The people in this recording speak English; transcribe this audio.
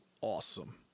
awesome